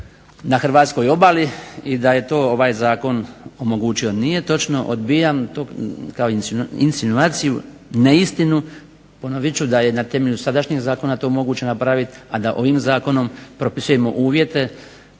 na hrvatskoj obali i da to je ovaj zakon omogućio. Nije, točno odbijam kao instituciju, neistinu. Ponovit ću da je na temelju sadašnjeg zakona to moguće napraviti, a da ovim zakonom propisujemo uvjete